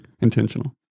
intentional